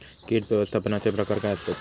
कीड व्यवस्थापनाचे प्रकार काय आसत?